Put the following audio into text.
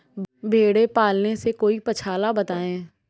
भेड़े पालने से कोई पक्षाला बताएं?